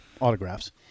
Autographs